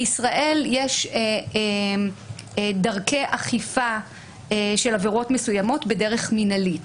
בישראל יש דרכי אכיפה של עבירות מסוימות בדרך מינהלית